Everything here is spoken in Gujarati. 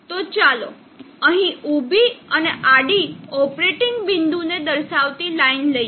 તો ચાલો અહીં ઊભી અને આડી ઓપરેટિંગ બિંદુને દર્શાવતી લાઇન લઈએ